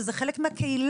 שזה חלק מהקהילה,